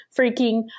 freaking